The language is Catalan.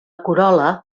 corol·la